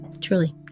Truly